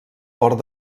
port